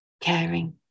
caring